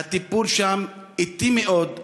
הטיפול שם אטי מאוד.